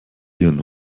ihren